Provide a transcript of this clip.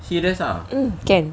mm can